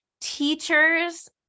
teachers